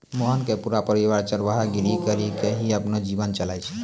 मोहन के पूरा परिवार चरवाहा गिरी करीकॅ ही अपनो जीविका चलाय छै